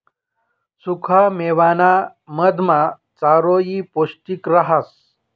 सुखा मेवाना मधमा चारोयी पौष्टिक रहास